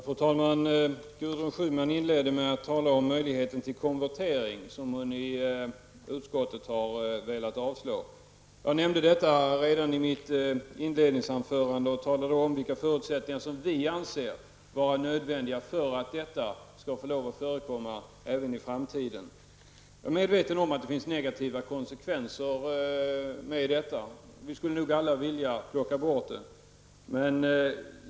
Fru talman! Gudrun Schyman inledde med att tala om möjligheter till konvertering, som hon i utskottet har velat avstyrka. Jag nämnde detta redan i mitt inledningsanförande och talade om vilka förutsättningar vi anser vara nödvändiga för att konvertering skall få förekomma även i framtiden. Jag är medveten om att det finns negativa konsekvenser med detta. Vi skulle nog alla vilja plocka bort det.